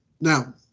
Now